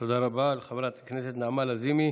תודה רבה לחברת הכנסת נעמה לזימי.